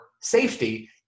safety